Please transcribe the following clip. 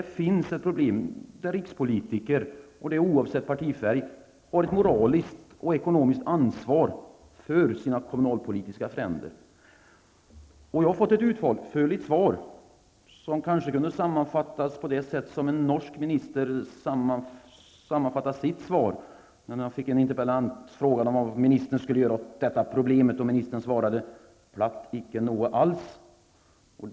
Här finns ett problem, där rikspolitiker, oavsett partifärg, har ett moraliskt och ekonomiskt ansvar för sina kommunalpolitiska fränder. Jag har fått ett utförligt svar, som kanske kunde sammanfattas på det sätt som en norsk minister sammanfattade sitt svar när han av en interpellant fick frågan vad ministern skulle göra åt problemet; han svarade: Platt icke noe als.